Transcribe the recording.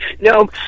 No